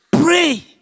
pray